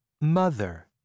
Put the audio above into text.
mother